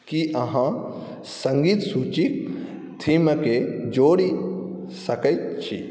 की अहाँ सङ्गीत सूचीक थीमके जोड़ि सकैत छी